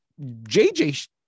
JJ